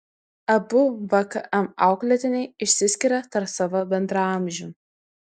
abu vkm auklėtiniai išsiskiria tarp savo bendraamžių